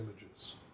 images